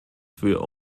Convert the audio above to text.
für